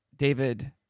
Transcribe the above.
David